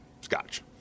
scotch